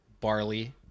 Barley